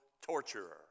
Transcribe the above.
torturer